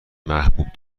محبوب